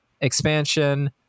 expansion